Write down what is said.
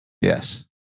Yes